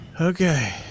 okay